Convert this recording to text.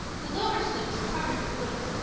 the lower slopes are covered with woods,